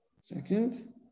second